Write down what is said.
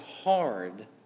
hard